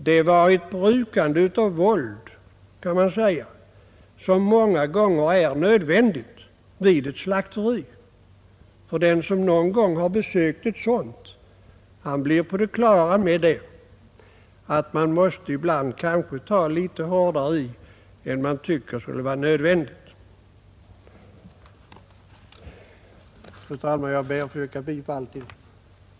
Man kan säga att det var brukande av våld, vilket många gånger är nödvändigt vid ett slakteri. Den som någon gång besökt ett sådant blir på det klara med att man ibland måste ta i litet hårdare än vad man tycker borde vara nödvändigt. Fru talman! Jag ber att få yrka bifall till utskottets förslag.